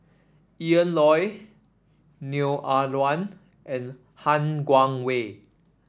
Ian Loy Neo Ah Luan and Han Guangwei